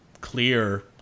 clear